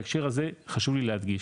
בהקשר הזה חשוב לי להדגיש,